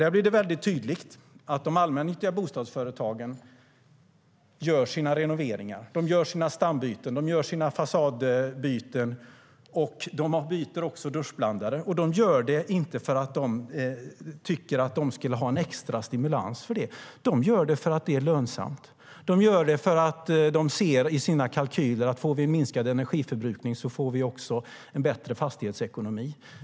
Där blev det väldigt tydligt att de allmännyttiga bostadsföretagen gör sina renoveringar, sina stambyten och sina fasadbyten - de byter också duschblandare - inte för att de tycker att de borde få en extra stimulans för det utan för att det är lönsamt. De gör det för att de ser i sina kalkyler att om de får minskad energiförbrukning får de också bättre fastighetsekonomi.